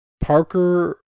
Parker